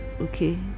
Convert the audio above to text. okay